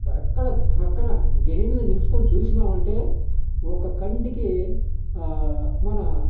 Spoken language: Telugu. అక్కడ పక్కన గెనుమ్ మీద నిలుచుకొని చూసినామంటే ఒక కంటికి మన